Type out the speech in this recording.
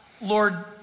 Lord